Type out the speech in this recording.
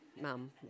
Mum